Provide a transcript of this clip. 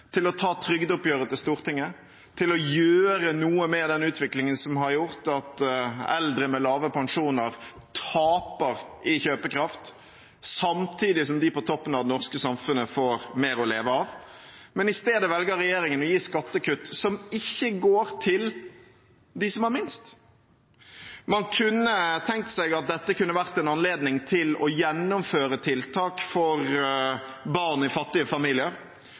til å ta trygdeoppgjøret til Stortinget og gjøre noe med utviklingen som har gjort at eldre med lave pensjoner taper kjøpekraft samtidig som de på toppen av det norske samfunnet får mer å leve av. I stedet velger regjeringen å gi skattekutt som ikke går til dem som har minst. En kunne tenkt seg at dette kunne vært en anledning til å gjennomføre tiltak for barn i fattige familier,